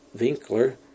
Winkler